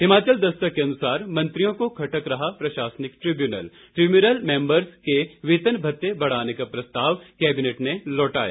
हिमाचल दस्तक के अनुसार मंत्रियों को खटक रहा प्रशासनिक ट्रिब्यूनल ट्रिब्यूनल मैंबर्स के वेतन भत्ते बढ़ाने का प्रस्ताव केबिनेट ने लौटाया